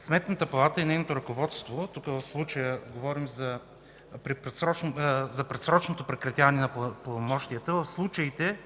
Сметната палата и нейното ръководство – тук говорим за предсрочното прекратяване на пълномощията в случаите,